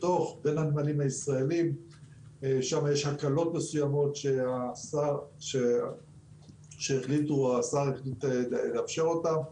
שם יש הקלות מסוימות שהשרה החליטה לאפשר אותן.